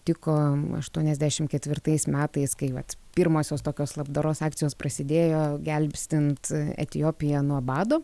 tiko aštuoniasdešim ketvirtais metais kai vat pirmosios tokios labdaros akcijos prasidėjo gelbstint etiopiją nuo bado